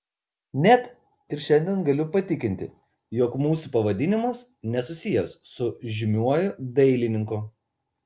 net ir šiandien galiu patikinti jog mūsų pavadinimas nesusijęs su žymiuoju dailininku